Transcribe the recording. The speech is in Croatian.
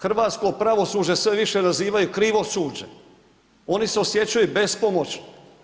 Hrvatsko pravosuđe sve više nazivaju krivosuđe, oni se osjećaju bespomoćni.